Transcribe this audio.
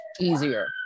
easier